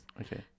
Okay